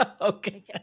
Okay